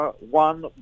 one